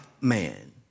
man